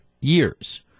years